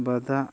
ꯕꯗ